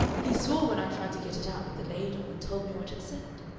he swore when i tried to get it out with the ladle, and told me what it said.